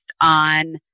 on